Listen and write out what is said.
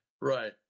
right